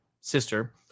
sister